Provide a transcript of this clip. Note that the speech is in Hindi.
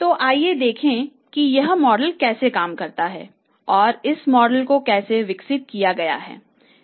तो आइए देखें कि यह मॉडल कैसे काम करता है और इस मॉडल को कैसे विकसित किया गया है